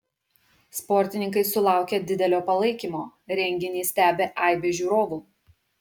sportininkai sulaukia didelio palaikymo renginį stebi aibė žiūrovų